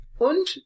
Und